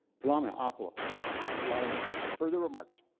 kalama appa lamia further remarks